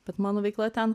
bet mano veikla ten